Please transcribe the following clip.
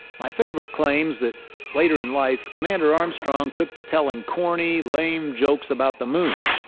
my favorite claim's that later in life, commander armstrong took to telling corny, lame jokes about the moon.